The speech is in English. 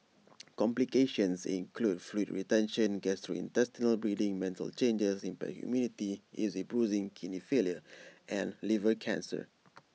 complications include fluid retention gastrointestinal bleeding mental changes impaired immunity easy bruising kidney failure and liver cancer